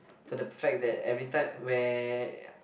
to the fact that everytime when